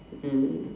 mm